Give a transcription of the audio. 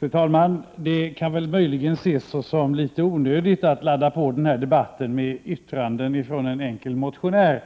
Fru talman! Det kan möjligen ses som litet onödigt att till denna debatt foga yttranden från en enkel motionär,